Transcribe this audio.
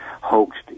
hoaxed